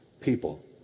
people